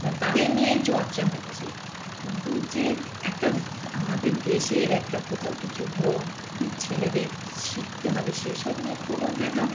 তাদের নিয়েই চর্চা হচ্ছে কিন্তু যে একটা আমাদের দেশের একটা কোথাও কিছু হোক কি ছেলেদের কি শিখতে হবে সেই সব নিয়ে খবর দেখা